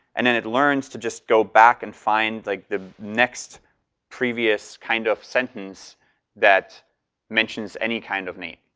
and then it learns to just go back and find like the next previous kind of sentence that mentions any kind of name,